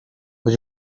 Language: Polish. być